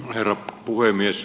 herra puhemies